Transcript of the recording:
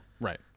right